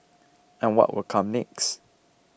and what will come next